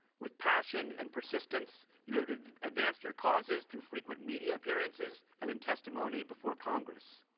with passion and persistence, you have advanced your causes through frequent media appearances and in testimony before congress.